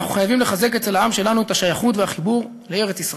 אנחנו חייבים לחזק אצל העם שלנו את השייכות והחיבור לארץ-ישראל,